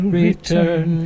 return